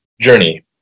journey